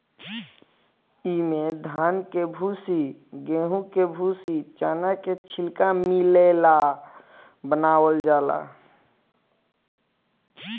इमे धान के भूसी, गेंहू के भूसी, चना के छिलका मिला ले बनावल जाला